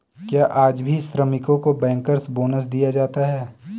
क्या आज भी श्रमिकों को बैंकर्स बोनस दिया जाता है?